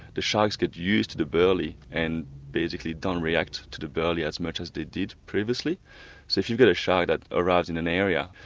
the sharks get used to the burley and basically don't react to the burley as much as they did previously. so if you've got a shark that arrives in an area,